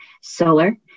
solar